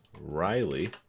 riley